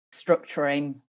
structuring